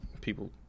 people